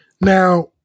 Now